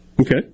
Okay